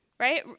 right